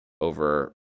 over